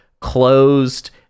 closed